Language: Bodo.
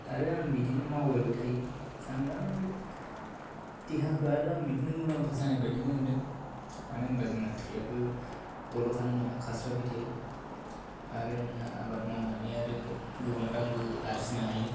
आरो आं बिदिनो मावबायबो थायो आं दा मानि देहाखौ आरो आं बिदिनो मुलाम्फा जानाय बायदिबो मोनदों मोनो होनबा जोंना थैयाबो दलर थानो मोनला खारसारबाय थायो आरो नोङो आबाद मावनानै आरो गोबां रांबो आरजिनो हायो